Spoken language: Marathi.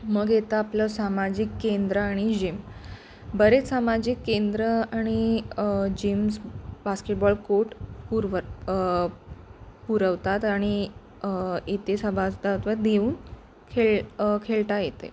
मग येतं आपलं सामाजिक केंद्र आणि जिम बरेच सामाजिक केंद्रं आणि जिम्स बास्केटबॉल कोर्ट पुरव पुरवतात आणि येते सभासदत्व देऊन खेळ खेळता येते